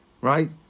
right